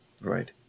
Right